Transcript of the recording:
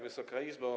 Wysoka Izbo!